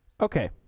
okay